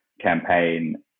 campaign